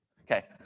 Okay